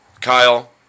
Kyle